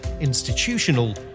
institutional